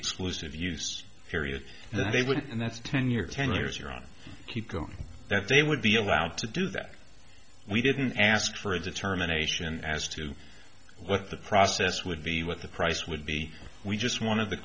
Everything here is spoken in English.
exclusive use period that they would and that's ten years ten years you're on keep going that they would be allowed to do that we didn't ask for a determination as to what the process would be what the price would be we just want to the